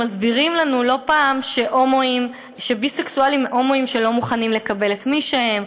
שמסבירים לנו לא פעם שביסקסואלים הם הומואים שלא מוכנים לקבל את מי שהם,